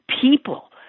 People